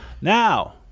Now